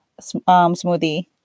smoothie